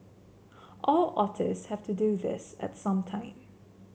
all otters have to do this at some time